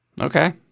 Okay